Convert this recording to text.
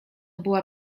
była